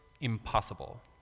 impossible